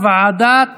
לוועדת החוקה,